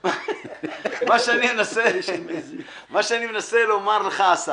מה שאני מנסה לומר לך, אסף,